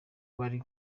bari